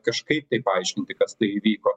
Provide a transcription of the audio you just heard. kažkaip tai paaiškinti kas tai įvyko